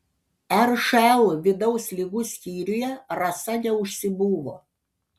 ršl vidaus ligų skyriuje rasa neužsibuvo